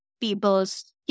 people's